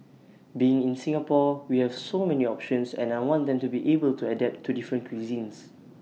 being in Singapore we have so many options and I want them to be able to adapt to different cuisines